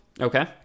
okay